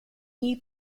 new